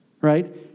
Right